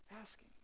Asking